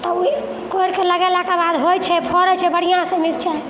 कोरिके लगेलाके बाद होइ छै फड़ै छै बढ़िऑंसँ मिरचाइ